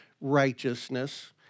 righteousness